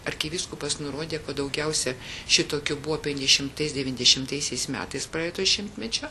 arkivyskupas nurodė kad daugiausia šitokių buvopenkiasdešimtais devyniasdešimtaisiais metais praeito šimtmečio